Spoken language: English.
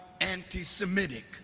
anti-Semitic